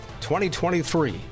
2023